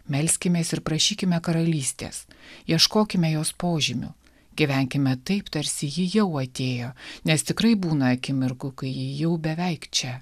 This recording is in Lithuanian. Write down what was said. melskimės ir prašykime karalystės ieškokime jos požymių gyvenkime taip tarsi ji jau atėjo nes tikrai būna akimirkų kai ji jau beveik čia